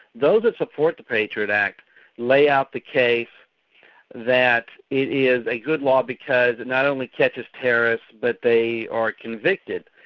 those who support the patriot act lay out the case that it is a good law because it not only catches terrorists but they are convicted,